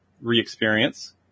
re-experience